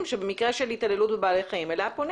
שאליה פונים במקרה של התעללות בבעלי חיים.